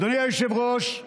אדוני היושב-ראש,